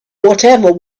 whatever